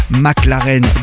McLaren